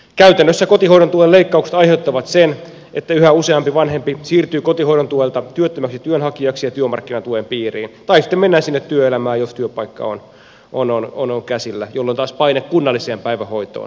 käytännössä kotihoidon tuen leikkaukset aiheuttavat sen että yhä useampi vanhempi siirtyy kotihoidon tuelta työttömäksi työnhakijaksi ja työmarkkinatuen piiriin tai sitten mennään sinne työelämään jos työpaikka on käsillä jolloin taas paine kunnalliseen päivähoitoon lisääntyy